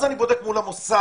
אז אני בודק מול המוסד